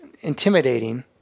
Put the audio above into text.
intimidating